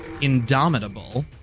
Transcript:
Indomitable